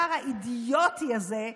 וכדי שסוף-סוף אנחנו נשנה את הדבר האידיוטי הזה,